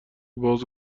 باز